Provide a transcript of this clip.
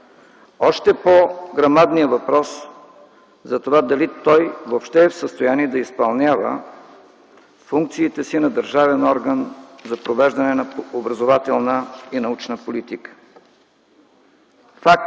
още по-грамадния въпрос за това, дали той въобще е в състояние да изпълнява функциите си на държавен орган за провеждане на образователна и научна политика? Фактите.